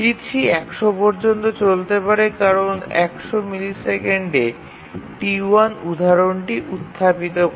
T3 ১০০ পর্যন্ত চলতে পারে কারণ ১০০ মিলিসেকেন্ডে T1 উদাহরণটি উত্থাপিত করে